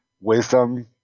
wisdom